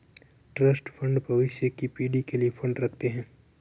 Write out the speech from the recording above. trust fund भविष्य की पीढ़ी के लिए फंड रखते हैं